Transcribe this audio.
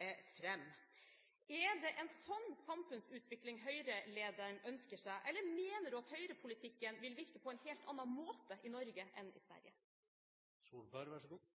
Er det en slik samfunnsutvikling Høyre-lederen ønsker seg, eller mener hun at Høyre-politikken vil virke på en helt annen måte i Norge enn i